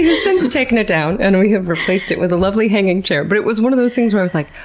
since taken it down, and we have replaced it with a lovely hanging chair, but it was one of those things where i was like,